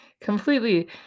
completely